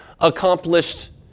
accomplished